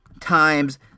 times